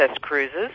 Cruises